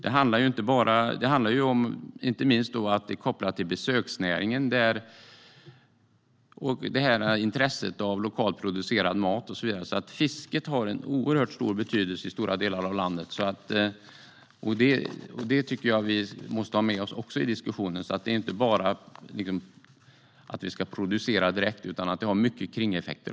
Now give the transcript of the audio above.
Det är inte minst kopplat till besöksnäringen, intresset för lokalt producerad mat och så vidare. Fisket har en oerhört stor betydelse i stora delar av landet. Det måste vi också ha med oss i diskussionen. Det handlar inte bara om att producera direkt. Det har också mycket kringeffekter.